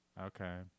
Okay